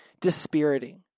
dispiriting